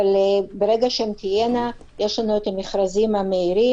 אבל ברגע שהן תהיינה, יש לנו את המכרזים המהירים,